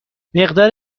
مقدار